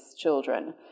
children